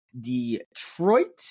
Detroit